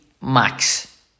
max